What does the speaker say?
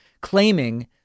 claiming